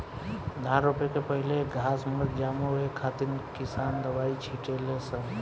धान रोपे के पहिले घास मत जामो ए खातिर किसान दवाई छिटे ले सन